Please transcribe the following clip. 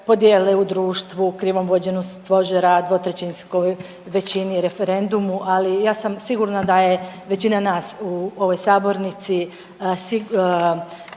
podjele u društvu, .../Govornik se ne razumije./... rad dvotrećinskoj većini, referendumu, ali ja sam sigurna da je većina nas u ovoj sabornici